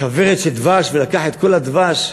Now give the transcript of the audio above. כוורת של דבש ולקח את כל הדבש,